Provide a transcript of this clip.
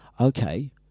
Okay